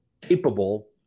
capable